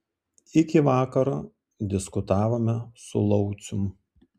iki vakaro diskutavome su laucium